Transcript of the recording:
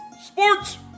sports